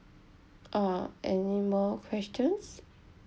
uh any more questions